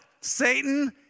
Satan